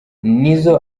nizzo